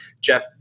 Jeff